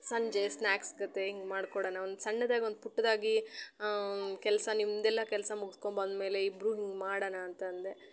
ಸಂಜೆ ಸ್ನಾಕ್ಸ್ ಗತೆ ಹಿಂಗೆ ಮಾಡಿಕೊಡೋಣ ಒಂದು ಸಣ್ಣದಾಗಿ ಒಂದು ಪುಟ್ಟದಾಗಿ ಕೆಲಸ ನಿಮ್ಮದೆಲ್ಲ ಕೆಲಸ ಮುಗ್ಸ್ಕೊಂಡ್ಬಂದ್ಮೇಲೆ ಇಬ್ರೂ ಹಿಂಗೆ ಮಾಡೋಣ ಅಂತ ಅಂದೆ